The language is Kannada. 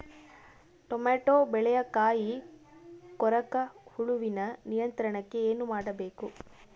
ಟೊಮೆಟೊ ಬೆಳೆಯ ಕಾಯಿ ಕೊರಕ ಹುಳುವಿನ ನಿಯಂತ್ರಣಕ್ಕೆ ಏನು ಮಾಡಬೇಕು?